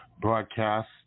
broadcast